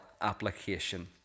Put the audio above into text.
application